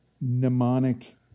mnemonic